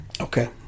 Okay